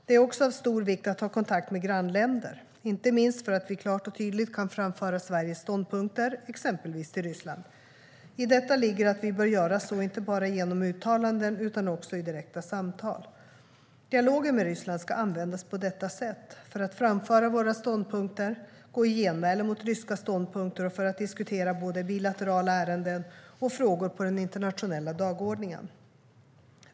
Det är också av stor vikt att ha kontakt med grannländer, inte minst för att vi klart och tydligt kan framföra Sveriges ståndpunkter, exempelvis till Ryssland. I detta ligger att vi bör göra så inte bara genom uttalanden, utan också i direkta samtal. Dialogen med Ryssland ska användas på detta sätt, för att framföra våra ståndpunkter, gå i genmäle mot ryska ståndpunkter och för att diskutera både bilaterala ärenden och frågor på den internationella dagordningen.